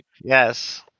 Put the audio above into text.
yes